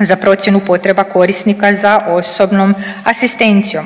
za procjenu potreba korisnika za osobnom asistencijom.